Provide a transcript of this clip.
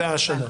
זאת השנה.